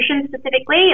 specifically